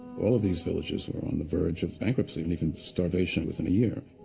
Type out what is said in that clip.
all of these villages were on the verge of bankruptcy, and even starvation within a year.